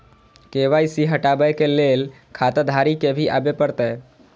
KYC हटाबै के लैल खाता धारी के भी आबे परतै?